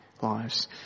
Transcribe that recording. lives